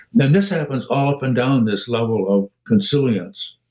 then this happens up and down this level of consilience